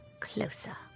closer